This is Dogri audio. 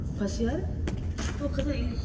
बस यार ओह् खत्म होई गेआ